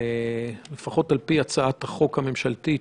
לפחות על פי הצעת החוק הממשלתית,